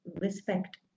respect